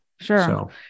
sure